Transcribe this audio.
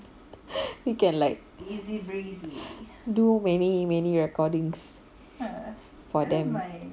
you can like do many many recordings for them